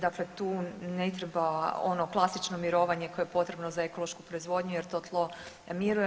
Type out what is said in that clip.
Dakle, tu ne treba ono klasično mirovanje koje je potrebno za ekološku proizvodnju jer to tlo miruje.